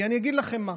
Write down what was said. אני אגיד לכם מה,